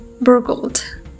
burgled